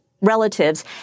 relatives